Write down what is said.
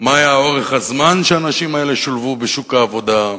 מה היה אורך הזמן שהאנשים האלה היו משולבים בשוק העבודה,